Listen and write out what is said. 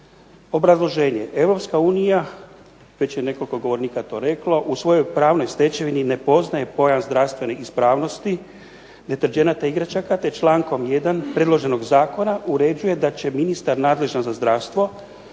Obrazloženje Europska unija, već je nekoliko govornika to rekla u svojoj pravnoj stečevini ne poznaje pojam zdravstvene ispravnosti deterdženata i igračaka te člankom 1. predloženog Zakona uređuje da će ministar nadležan za zdravstvo